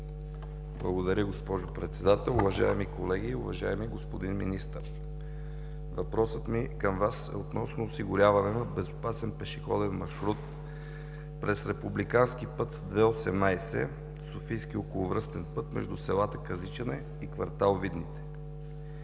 Благодаря, госпожо Председател. Уважаеми колеги! Уважаеми господин Министър, въпросът ми към Вас е относно осигуряване на безопасен пешеходен маршрут през републикански път II – 18 Софийски околовръстен път между с. Казичане и кв. Видните.